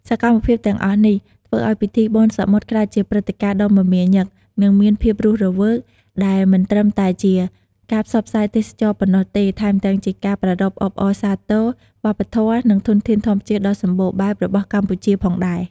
សកម្មភាពទាំងអស់នេះ ធ្វើឲ្យពិធីបុណ្យសមុទ្រក្លាយជាព្រឹត្តិការណ៍ដ៏មមាញឹក និងមានភាពរស់រវើក ដែលមិនត្រឹមតែជាការផ្សព្វផ្សាយទេសចរណ៍ប៉ុណ្ណោះទេ ថែមទាំងជាការប្រារព្ធអបអរសាទរវប្បធម៌ និងធនធានធម្មជាតិដ៏សម្បូរបែបរបស់កម្ពុជាផងដែរ។